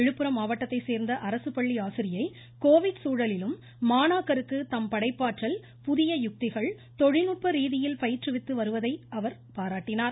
விழுப்புரம் மாவட்டத்தைச் சேர்ந்த அரசுப்பள்ளி ஆசிரியை கோவிட் சூழலிலும் மாணாக்கருக்கு தம் படைப்பாற்றல் புதிய யுக்திகள் தொழில்நுட்ப ரீதியில் பயிற்றுவித்து வருவதை பாராட்டினார்